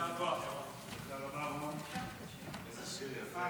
יישר כוח, ירון, איזה שיר יפה.